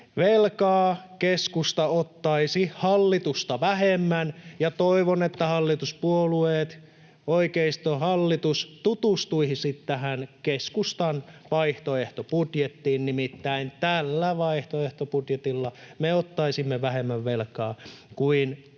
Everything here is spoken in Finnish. Velkaa keskusta ottaisi hallitusta vähemmän, ja toivon, että hallituspuolueet, oikeistohallitus, tutustuisivat tähän keskustan vaihtoehtobudjettiin, nimittäin tällä vaihtoehtobudjetilla me ottaisimme vähemmän velkaa kuin nykyinen